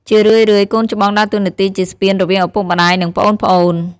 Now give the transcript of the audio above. ជារឿយៗ កូនច្បងដើរតួនាទីជាស្ពានរវាងឪពុកម្ដាយ និងប្អូនៗ។